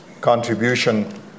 contribution